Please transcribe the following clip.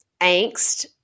angst